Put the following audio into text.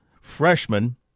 freshman